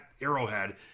Arrowhead